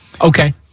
Okay